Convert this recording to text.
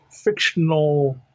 fictional